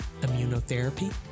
immunotherapy